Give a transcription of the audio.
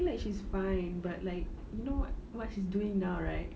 I think that she's fine but like you know what she's doing now right